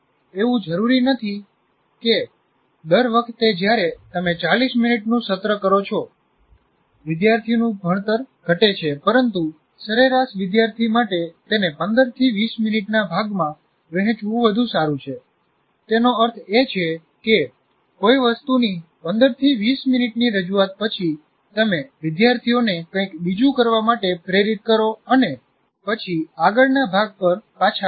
એવું જરૂરી નથી કે દર વખતે જ્યારે તમે 40 મિનિટનું સત્ર કરો છો વિદ્યાર્થીનું ભણતર ઘટે છે પરંતુ સરેરાશ વિદ્યાર્થી માટે તેને 15 થી 20 મિનિટના ભાગમાં વહેચવું વધુ સારું છે તેનો અર્થ એ છે કે કોઈ વસ્તુની 15 20 મિનિટની રજૂઆત પછી તમે વિદ્યાર્થીઓને કંઈક બીજું કરવા માટે પ્રેરિત કરો અને પછી આગળના ભાગ પર પાછા આવો